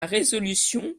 résolution